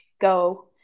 go